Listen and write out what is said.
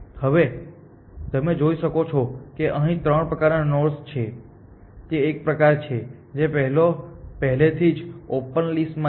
હવે તમે જોઈ શકો છો કે અહીં ત્રણ પ્રકારના નોડ્સ છે તે એક પ્રકાર છે જે પહેલેથી જ ઓપન લિસ્ટ માં છે